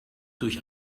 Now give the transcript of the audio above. durch